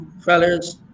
fellas